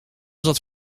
zat